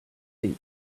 seat